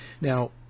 Now